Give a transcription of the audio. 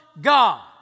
God